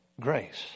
Grace